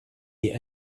die